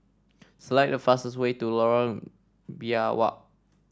select the fastest way to Lorong Biawak